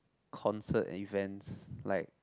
concert events like